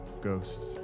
ghosts